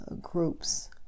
groups